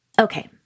Okay